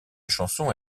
chanson